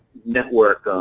network